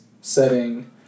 setting